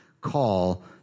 call